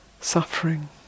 suffering